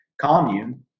commune